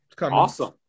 awesome